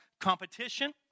competition